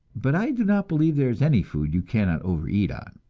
but i do not believe there is any food you cannot overeat on,